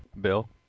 Bill